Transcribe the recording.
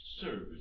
service